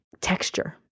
texture